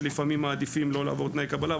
לפעמים מעדיפים לא לעבור תנאי קבלה.